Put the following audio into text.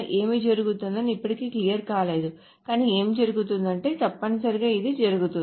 ఏమి జరుగుతుందో ఇప్పటికీ క్లియర్ కాలేదు కాని ఏమి జరుగుతుందంటే తప్పనిసరిగా ఇది జరుగుతుంది